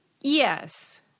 yes